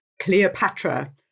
cleopatra